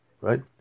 Right